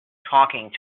talking